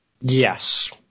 Yes